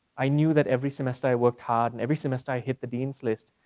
i knew that every semester i worked hard, and every semester i hit the dean's list,